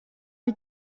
die